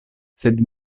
sed